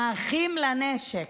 האחים לנשק,